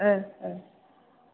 ओ ओ